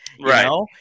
Right